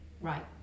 right